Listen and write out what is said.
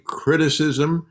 criticism